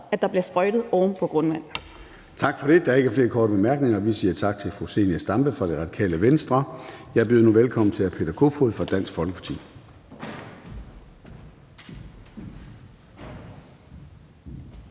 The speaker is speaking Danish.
Kl. 14:18 Formanden (Søren Gade): Tak for det. Der er ikke flere korte bemærkninger. Vi siger tak til fru Zenia Stampe fra Radikale Venstre. Jeg byder nu velkommen til hr. Peter Kofod fra Dansk Folkeparti.